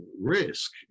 risk